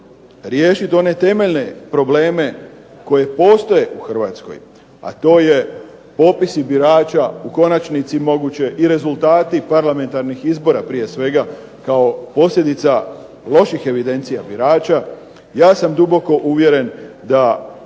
riješiti one temeljne probleme koji postoje u Hrvatskoj, a to je popisi birača u konačnici moguće i rezultati parlamentarnih izbora prije svega kao posljedica loših evidencija birača, ja sam duboko uvjeren da